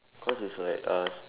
cause it's like uh